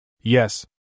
Yes